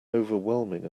overwhelming